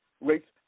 rates